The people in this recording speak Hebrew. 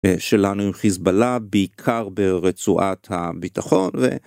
שלנו עם חיזבאללה, בעיקר ברצועת הביטחון.